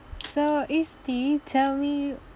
so isti tell me